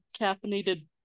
caffeinated